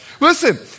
Listen